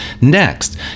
Next